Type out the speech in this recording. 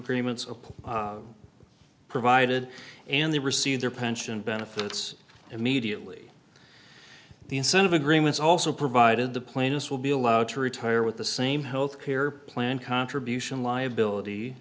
agreements of pool provided and they received their pension benefits immediately the incentive agreements also provided the plainest will be allowed to retire with the same health care plan contribution liability